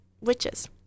witches